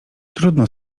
trudno